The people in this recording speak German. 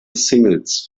singles